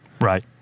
Right